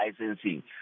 licensing